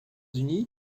unis